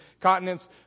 continents